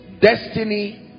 destiny